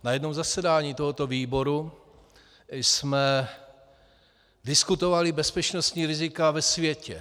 Na jednom zasedání tohoto výboru jsme diskutovali bezpečnostní rizika ve světě.